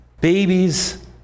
Babies